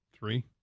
Three